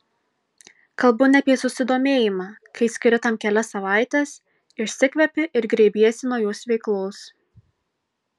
kalbu ne apie susidomėjimą kai skiri tam kelias savaites išsikvepi ir grėbiesi naujos veiklos